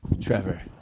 Trevor